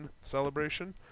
celebration